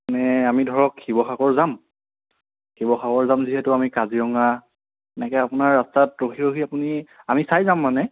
মানে আমি ধৰক শিৱসাগৰ যাম শিৱসাগৰ যাম যিহেতু আমি কাজিৰঙা এনেকৈ আপোনাৰ ৰাস্তাত ৰখি ৰখি আপুনি আমি চাই যাম মানে